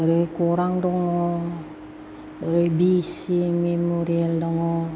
ओरै गौरां दङ ओरै बे सि मेम'रियेल दङ